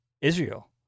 Israel